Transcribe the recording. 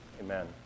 Amen